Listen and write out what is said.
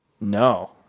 No